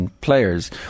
players